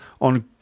on